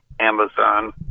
Amazon